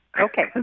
Okay